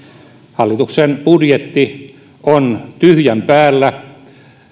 hallituksen budjetti on tyhjän päällä